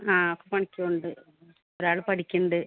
ആ പണിക്ക് പോകുന്നുണ്ട് ഒരാൾ പഠിക്കുന്നുണ്ട്